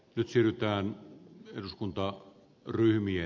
nyt syyttään ja kuntoa kylmiä